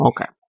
Okay